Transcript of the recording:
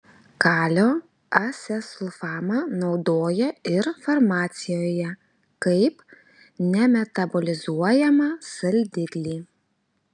kalio acesulfamą naudoja ir farmacijoje kaip nemetabolizuojamą saldiklį